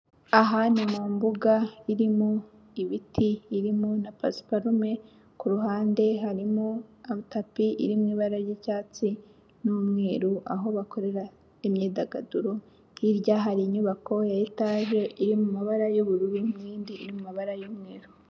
Aha ni mu mbuga irimo ibiti, irimo na pasiparume, ku ruhande harimo tapi iri mu ibara ry'icyatsi n'umweru, aho bakorera imyidagaduro, hirya hari inyubako ya etaje iri mu mabara y'ubururu n'indi iri mu mabara y'umweru.